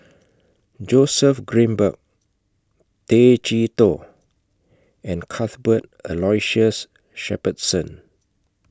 Joseph Grimberg Tay Chee Toh and Cuthbert Aloysius Shepherdson